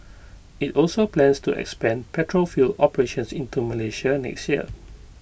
IT also plans to expand petrol fuel operations into Malaysia next year